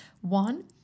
One